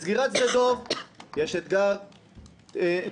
בסגירת שדה דב יש אתגר תחבורתי,